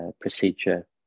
procedure